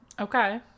Okay